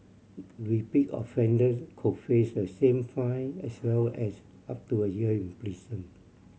repeat offenders could face the same fine as well as up to a year in prison